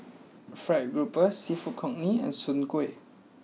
Fried Grouper Seafood Congee and Soon Kway